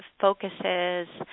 focuses